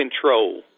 control